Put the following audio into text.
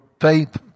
faith